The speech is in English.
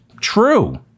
true